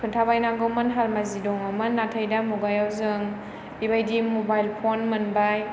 खिन्थाबायनांगौमोन हालमाजि दङमोन नाथाय दा मुगायाव जों बिबादि मबाइल फन मोनबाय